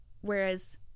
whereas